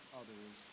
others